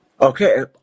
Okay